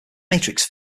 matrix